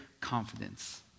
confidence